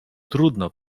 trudno